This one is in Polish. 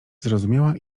zrozumiała